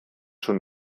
schon